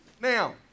Now